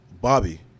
Bobby